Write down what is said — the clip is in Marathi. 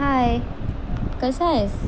हाय कसा आहेस